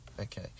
okay